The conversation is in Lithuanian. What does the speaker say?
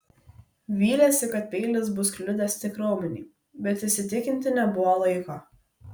vylėsi kad peilis bus kliudęs tik raumenį bet įsitikinti nebuvo laiko